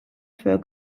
für